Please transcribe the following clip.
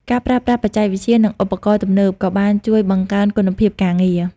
ការប្រើប្រាស់ បច្ចេកវិទ្យា និងឧបករណ៍ទំនើបក៏បានជួយបង្កើនគុណភាពការងារ។